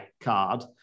card